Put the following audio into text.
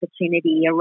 opportunity